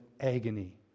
agony